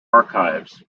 archives